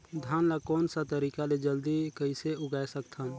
धान ला कोन सा तरीका ले जल्दी कइसे उगाय सकथन?